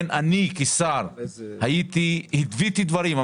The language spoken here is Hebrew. אני כשר הבאתי דברים,